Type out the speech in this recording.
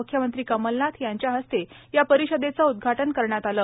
मुख्यमंत्री कमलनाथ यांच्या हस्ते या परिषदेचं उद्घाटन करण्यात आलं